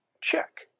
Check